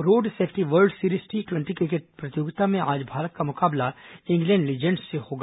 road safety world series T टवेटी cricket प्रतियोगिता में आज भारत का मुकाबला इंग्लैण्ड लीजेंड़स से होगा